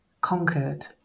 conquered